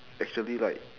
actually like